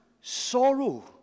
sorrow